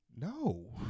No